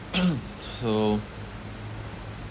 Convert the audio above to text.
so